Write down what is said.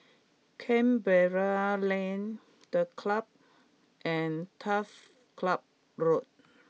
Canberra Lane The Club and Turf Ciub Road